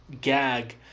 gag